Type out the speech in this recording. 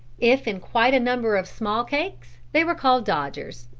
if in quite a number of small cakes they were called dodgers.